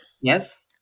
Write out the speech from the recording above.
Yes